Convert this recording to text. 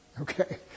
okay